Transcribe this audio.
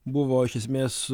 buvo iš esmės